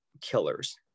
killers